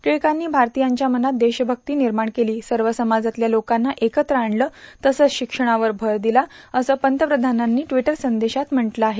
टिळकांनी भारतीयांच्या मनात देशमक्ती निर्माण केली सर्व समाजातल्या लोकांना एकत्र आणलं तसंच शिक्षणावर भर दिला असं पंतप्रधानांनी ट्रिवटर संदेशात म्हटलं आहे